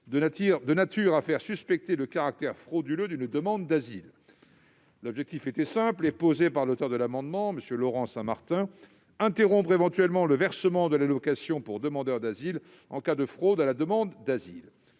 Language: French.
de nature à faire suspecter le caractère frauduleux d'une demande d'asile. » L'objectif était simple et posé par l'auteur de l'amendement dont était issue cette disposition, M. Laurent Saint-Martin : interrompre, le cas échéant, le versement de l'allocation pour demandeur d'asile en cas de fraude à la demande d'asile.